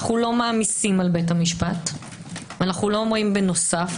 אנו לא מעמיסים על בית המשפט ולא אומרים: בנוסף.